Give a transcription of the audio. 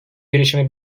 girişimi